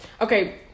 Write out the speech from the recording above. Okay